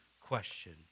question